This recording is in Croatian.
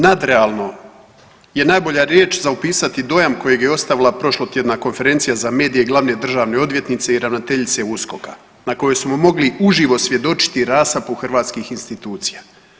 Nadrealno je najbolja riječ za opisati dojam kojeg je ostavila prošlotjedna konferencije za medije glavne državne odvjetnice i ravnateljice USKOK-a na kojem smo mogli uživo svjedočiti rasapu hrvatskih institucija.